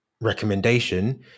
recommendation